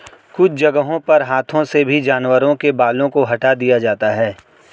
कुछ जगहों पर हाथों से भी जानवरों के बालों को हटा दिया जाता है